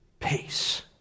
Peace